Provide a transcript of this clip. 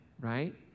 right